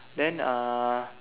then uh